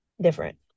different